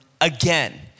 again